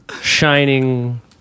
shining